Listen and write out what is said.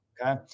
Okay